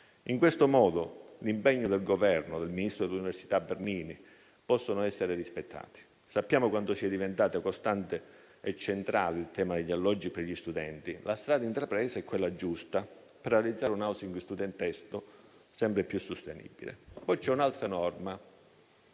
In questo modo, gli impegni del Governo e del ministro dell'università e della ricerca Bernini possono essere rispettati. Sappiamo quanto sia diventato costante e centrale il tema degli alloggi per gli studenti. La strada intrapresa è quella giusta, per realizzare un *housing* studentesco sempre più sostenibile. Poi c'è un'altra norma,